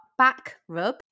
Backrub